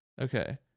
Okay